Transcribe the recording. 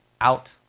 out